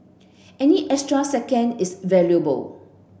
any extra second is valuable